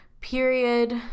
period